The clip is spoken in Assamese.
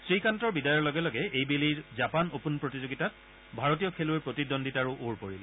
শ্ৰীকান্তৰ বিদায়ৰ লগে লগে এইবেলিৰ জাপান অ'পেন প্ৰতিযোগিতাত ভাৰতীয় খেলুৱৈৰ প্ৰতিদ্বন্দ্বিতাৰো ওৰ পৰিল